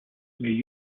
may